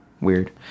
Weird